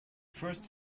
first